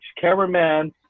cameraman